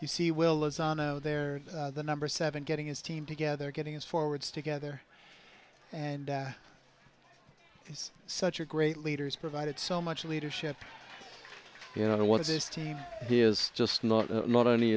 you see willis on out there the number seven getting his team together getting his forwards together and he's such a great leaders provided so much leadership you know what is this team he is just not not only